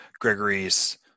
gregory's